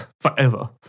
forever